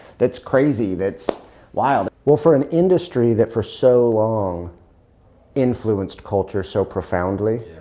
that's crazy. that's wild. well, for an industry that for so long influenced culture so profoundly.